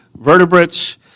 vertebrates